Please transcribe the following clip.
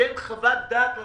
ניתן חוות דעת לממשלה.